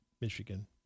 Michigan